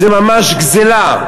זה ממש גזלה,